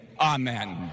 Amen